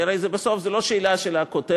כי הרי בסוף זה לא שאלה של הכותרת.